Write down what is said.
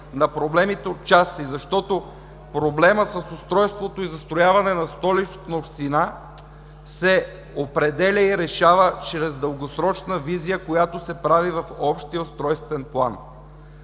на проблемите отчасти, защото проблемът с устройството и застрояването на Столична община се определя и решава чрез дългосрочна визия, която се прави в Общия устройствен план.